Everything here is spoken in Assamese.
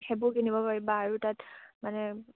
সেইবোৰ কিনিব পাৰিবা আৰু তাত মানে